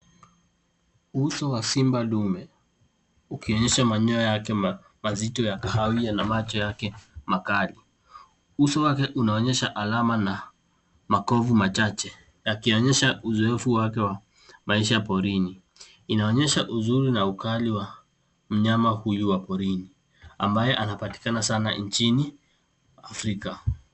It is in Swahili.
Uso wa simba ndume ,ukionyesha manyoya yake mazito ya kahawia na macho yake makali. Uso wake unaonyesha alama na makovu machache ,yakionyesha uzoefu wake wa maisha porini .Inaonyesha uzuri na ukali wa mnyama huyu wa porini ambaye sana nchini afrika.